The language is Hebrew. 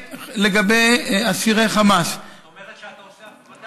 לגבי אסירי חמאס, זאת אומרת שאתה עושה הפרדה.